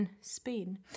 Spain